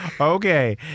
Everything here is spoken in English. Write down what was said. Okay